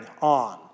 on